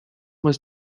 was